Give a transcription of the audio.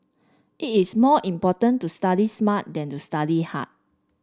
it is more important to study smart than to study hard